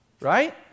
Right